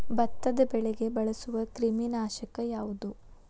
ಭತ್ತದ ಬೆಳೆಗೆ ಬಳಸುವ ಕ್ರಿಮಿ ನಾಶಕ ಯಾವುದು?